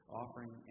offering